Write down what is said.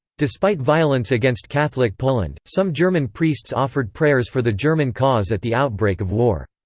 despite violence against catholic poland, some german priests offered prayers for the german cause at the outbreak of war.